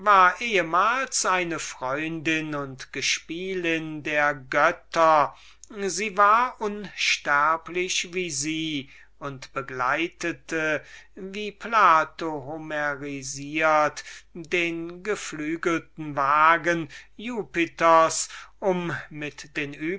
ehmals eine freundin und gespielin der götter sie war unsterblich wie sie und begleitete wie plato homerisiert den geflügelten wagen jupiters um mit den